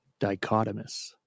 dichotomous